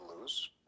lose